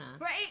Right